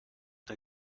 der